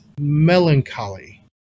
melancholy